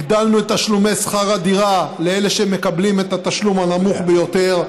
הגדלנו את תשלומי שכר הדירה לאלה שמקבלים את התשלום הנמוך ביותר,